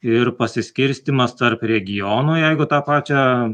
ir pasiskirstymas tarp regionų jeigu tą pačią